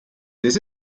this